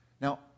Now